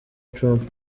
trump